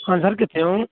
ਹਾਂਜੀ ਸਰ ਕਿੱਥੇ ਹੋ